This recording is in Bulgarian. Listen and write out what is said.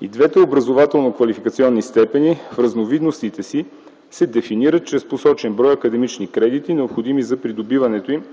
И двете образователно-квалификационни степени в разновидностите си се дефинират чрез посочен брой академични кредити, необходими за придобиването им,